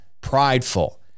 prideful